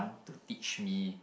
want to teach me